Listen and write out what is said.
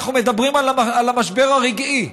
אנחנו מדברים על המשבר הרגעי.